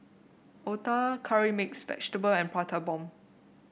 Otah Curry Mixed Vegetable and Prata Bomb